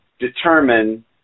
determine